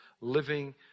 living